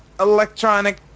electronic